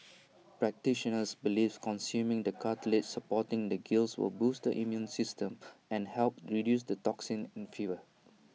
practitioners believe consuming the cartilage supporting the gills will boost the immune system and help reduce toxins and fever